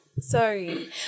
sorry